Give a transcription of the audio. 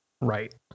right